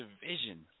division